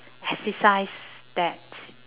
exercise that